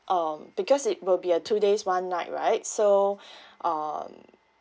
um because it will be a two days one night right so um